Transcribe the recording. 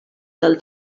del